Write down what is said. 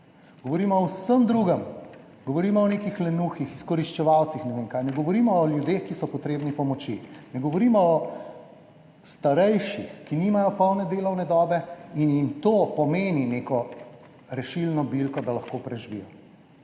Govorimo o vsem drugem, govorimo o nekih lenuhih, izkoriščevalcih, ne vem kaj, ne govorimo o ljudeh, ki so potrebni pomoči, ne govorimo o starejših, ki nimajo polne delovne dobe in jim to pomeni neko rešilno bilko, da lahko preživijo.